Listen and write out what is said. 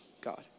God